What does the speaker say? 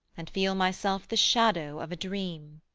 and feel myself the shadow of a dream.